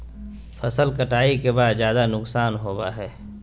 फसल कटाई के बाद ज्यादा नुकसान होबो हइ